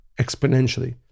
exponentially